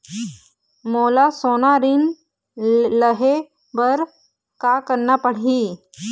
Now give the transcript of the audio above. मोला सोना ऋण लहे बर का करना पड़ही?